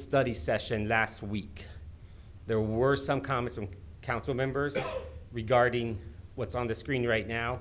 study session last week there were some comments and council members regarding what's on the screen right now